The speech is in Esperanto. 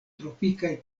tropikaj